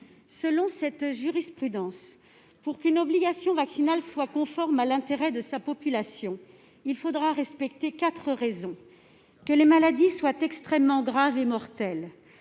Selon cette jurisprudence, pour qu'une obligation vaccinale soit conforme à l'intérêt de sa population, il faut respecter quatre critères : que les maladies soient extrêmement graves et mortelles